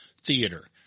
theater